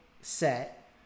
set